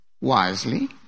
wisely